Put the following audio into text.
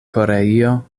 koreio